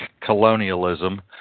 colonialism